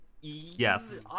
Yes